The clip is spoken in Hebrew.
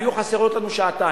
ויהיו חסרות לנו שעתיים,